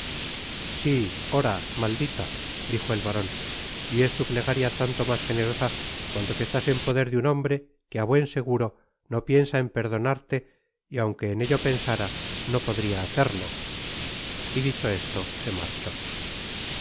si ora maldita dijo el baron y es tu plegaria tanto mas generosa cuanto que estás en poder de un hombre que á buen seguro no piensa en perdonarte y aunque en ello pensara no podria hacerlo y dicho esto se marchó en